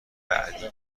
بعدی